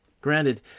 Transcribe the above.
Granted